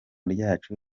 ryacu